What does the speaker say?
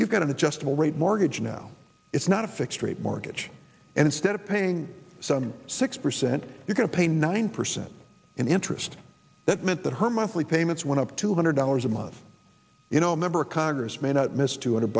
you've got an adjustable rate mortgage now it's not a fixed rate mortgage and instead of paying some six percent you can pay nine percent in interest that meant that her monthly payments went up two hundred dollars a month you know member of congress may not miss two hundred